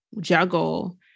juggle